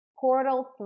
Portal